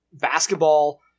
basketball